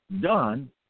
done